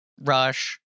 Rush